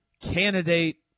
candidate